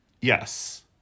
Yes